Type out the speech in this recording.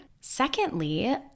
Secondly